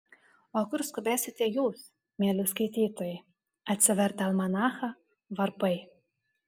o kur skubėsite jūs mieli skaitytojai atsivertę almanachą varpai